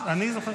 אני זוכר.